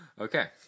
Okay